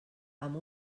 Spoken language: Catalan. amb